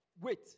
wait